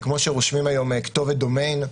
כמו שרושמים היום כתובת דומיין,